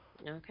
Okay